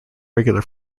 regular